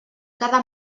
cada